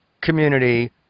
community